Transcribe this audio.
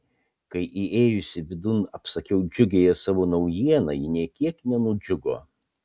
kai įėjusi vidun apsakiau džiugiąją savo naujieną ji nė kiek nenudžiugo